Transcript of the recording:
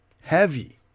Heavy